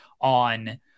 on